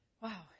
wow